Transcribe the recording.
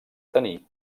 tenir